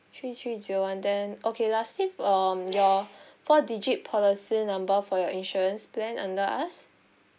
three three zero one then okay last thing um your four digit policy number for your insurance plan under us